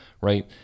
right